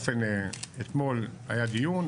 אתמול היה דיון.